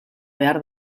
behar